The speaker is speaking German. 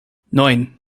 neun